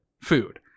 food